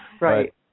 Right